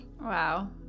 Wow